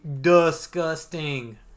disgusting